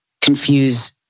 confuse